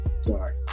Sorry